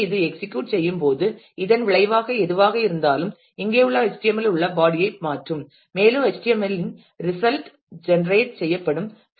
எனவே இது எக்ஸிக்யூட் செய்யும் போது இதன் விளைவாக எதுவாக இருந்தாலும் இங்கே உள்ள HTML இல் உள்ள பாடி ஐ மாற்றும் மேலும் HTML இன் ரிசல்ட் ஜெனரேட் செய்யப்படும்